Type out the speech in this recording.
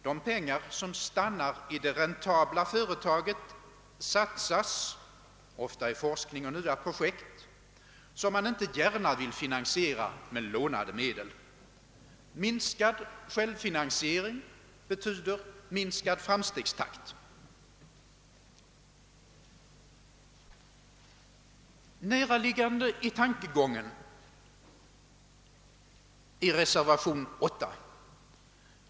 De pengar som stannar i det räntabla företaget satsas ofta i forskning och nya projekt som man inte gärna vill finansiera med lånade medel. Minskad självfinansiering betyder minskad framstegstakt. Näraliggande i grundtanken är reservationen 8.